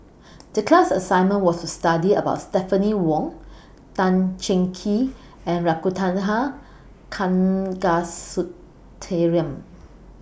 The class assignment was to study about Stephanie Wong Tan Cheng Kee and Ragunathar Kanagasuntheram